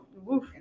woof